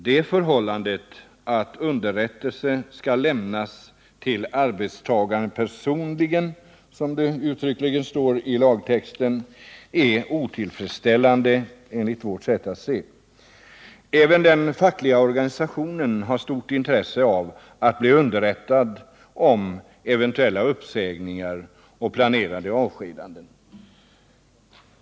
Det förhållandet att underrättelsen ”skall lämnas till arbetstagaren personligen” , som det uttryckligen står i lagen, är enligt vårt sätt att se otillfredsställande. Även den fackliga organisationen har ett stort intresse av att bli underrättad om eventuella uppsägningar och planerade avskedanden.